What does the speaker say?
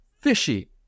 fishy